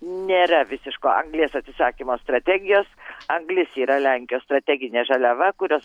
nėra visiško anglies atsisakymo strategijos anglis yra lenkijos strateginė žaliava kurios